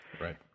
Right